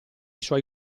suoi